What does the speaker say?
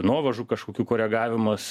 nuovažų kažkokių koregavimas